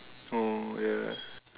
oh yeah